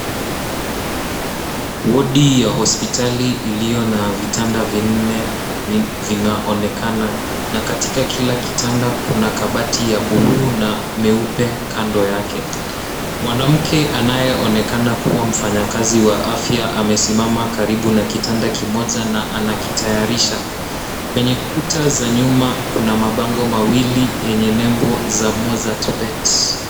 Wodi ya hospitali liiyona vitanda vinne vinaonekana na katika kila kitanda kuna kabati ya buluu na meupe kando yake. Mwanamke anayeonekana kuwa mfanyakazi wa afya amesimama karibu na kitanda kimoja na anakitayarisha. Kwenye kuta za nyuma kuna mabango mawili yenye nembo za MozzartBet.